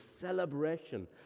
celebration